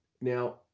now